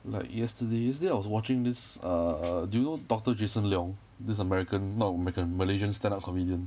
like yesterday yesterday I was watching this err do you know doctor jason leong this american not american malaysian stand up comedian